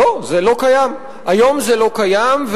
היום זה לא קיים,